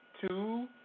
two